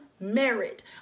merit